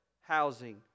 housing